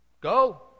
Go